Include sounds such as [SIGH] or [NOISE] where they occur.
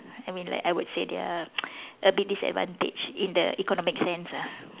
I mean like I would say they are [NOISE] a bit disadvantaged in the economic sense ah